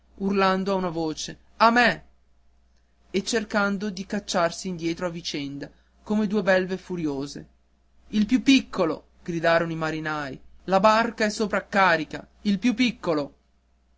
urlando a una voce a me e cercando di cacciarsi indietro a vicenda come due belve furiose il più piccolo gridarono i marinai la barca è sopraccarica il più piccolo